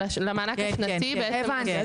למענק השנתי --- הבנתי.